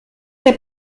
der